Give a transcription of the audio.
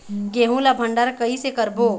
गेहूं ला भंडार कई से करबो?